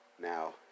Now